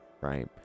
right